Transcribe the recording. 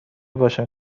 باشم